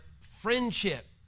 friendship